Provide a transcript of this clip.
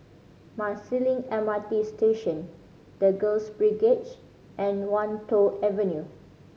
Marsiling M R T Station The Girls Brigade and Wan Tho Avenue